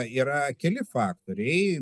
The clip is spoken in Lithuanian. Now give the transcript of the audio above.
yra keli faktoriai